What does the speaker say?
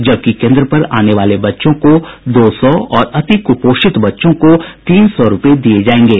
जबकि केंद्र पर आनेवाले बच्चों को दो सौ और अति कुपोषित बच्चों को तीन सौ रूपये दिये जायेंगे